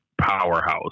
powerhouse